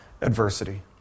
adversity